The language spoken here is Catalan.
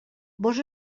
vos